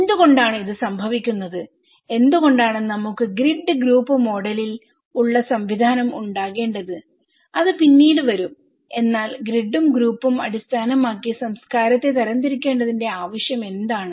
എന്തുകൊണ്ടാണ് ഇത് സംഭവിക്കുന്നത് എന്തുകൊണ്ടാണ് നമുക്ക് ഗ്രിഡ് ഗ്രൂപ്പ് മോഡലിൽ ഉള്ള സംവിധാനം ഉണ്ടാകേണ്ടത് അത് പിന്നീട് വരും എന്നാൽ ഗ്രിഡും ഗ്രൂപ്പും അടിസ്ഥാനമാക്കി സംസ്കാരത്തെ തരം തിരിക്കേണ്ടതിന്റെ ആവശ്യം എന്താണ്